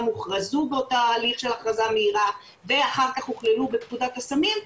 הוכרזו באותו הליך של הכרזה מהירה ואחר כך הוכללו בפקודת הסמים,